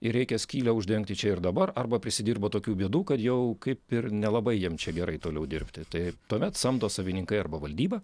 ir reikia skylę uždengti čia ir dabar arba prisidirbo tokių bėdų kad jau kaip ir nelabai jam čia gerai toliau dirbti tai tuomet samdo savininkai arba valdyba